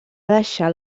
deixar